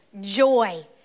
joy